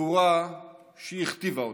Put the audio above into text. גבורה שהכתיבה אותה.